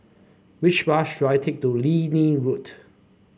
which bus should I take to Liane Road